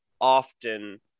often